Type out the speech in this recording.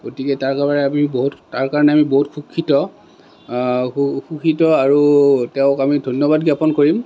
গতিকে তাৰ কাৰণে আমি বহুত সুখীত সুখীত আৰু তেওঁক আমি ধন্যবাদ জ্ঞাপন কৰিম